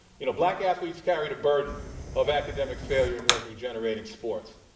you know, black athletes carried a burden of academic failure in revenue-generating sports.